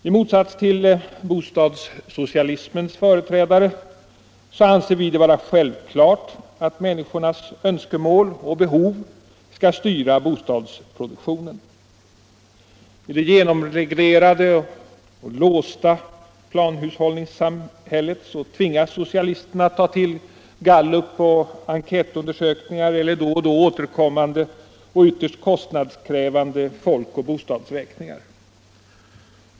I motsats till bostadssocialismens företrädare anser vi det vara självklart att människornas önskemål och behov skall styra bostadsproduktionen. I det genomreglerade och låsta planhushållningssamhället tvingas socialisterna ta till gallup, enkätundersökningar eller då och då återkommande och ytterst kostnadskrävande folkoch bostadsräkningar.